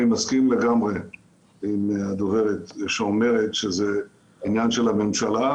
אני מסכים לגמרי עם הדוברת שאומרת שזה עניין של הממשלה,